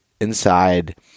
inside